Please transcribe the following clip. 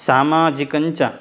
सामाजिकञ्च